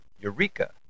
Eureka